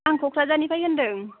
आं क'क्राझारनिफ्राय होन्दों